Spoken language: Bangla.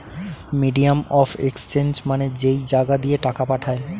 মিডিয়াম অফ এক্সচেঞ্জ মানে যেই জাগা দিয়ে টাকা পাঠায়